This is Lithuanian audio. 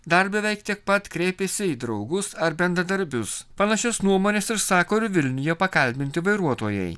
dar beveik tiek pat kreipėsi į draugus ar bendradarbius panašios nuomonės ir sako ir vilniuje pakalbinti vairuotojai